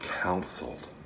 counseled